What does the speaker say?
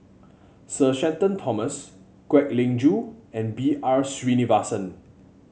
Sir Shenton Thomas Kwek Leng Joo and B R Sreenivasan